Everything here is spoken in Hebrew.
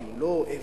כי הוא לא עבד,